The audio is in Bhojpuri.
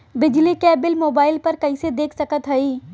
बिजली क बिल मोबाइल पर कईसे देख सकत हई?